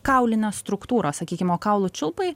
kaulinę struktūrą sakykim o kaulų čiulpai